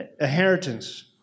Inheritance